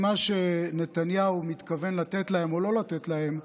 ממה שנתניהו מתכוון לתת להם או לא לתת להם,